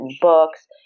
books